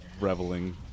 reveling